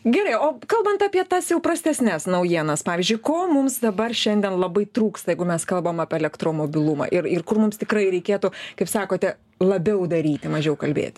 gerai o kalbant apie tas jau prastesnes naujienas pavyzdžiui ko mums dabar šiandien labai trūksta jeigu mes kalbam apie elektromobilumą ir ir kur mums tikrai reikėtų kaip sakote labiau daryti mažiau kalbėti